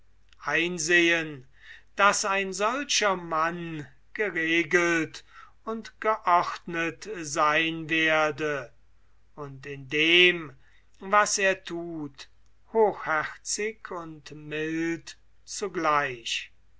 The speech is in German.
einsehen daß ein solcher mann geregelt und geordnet sein werde und in dem was er thut hochherzig und mild zugleich